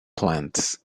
plants